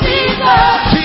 Jesus